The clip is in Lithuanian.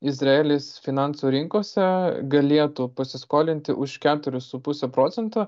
izraelis finansų rinkose galėtų pasiskolinti už keturis su puse procento